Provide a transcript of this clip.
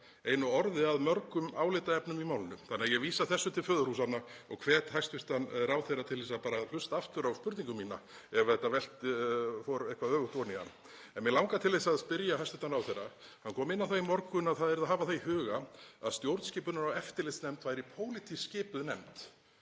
einu orði að mörgum álitaefnum í málinu. Þannig að ég vísa þessu til föðurhúsanna og hvet hæstv. ráðherra til að hlusta aftur á spurningu mína ef þetta fór eitthvað öfugt ofan í hann. En mig langar að spyrja hæstv. ráðherra. Hann kom inn á það í morgun að það yrði að hafa það í huga að stjórnskipunar- og eftirlitsnefnd væri pólitískt skipuð nefnd.